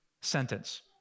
sentence